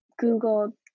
Google